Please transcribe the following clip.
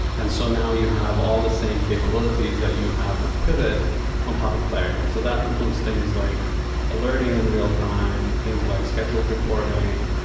and so now you have all the same capabilities that you have with pivot on top of clarity. so that includes things like alerting in real-time, things like scheduled reporting,